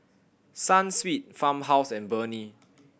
Sunsweet Farmhouse and Burnie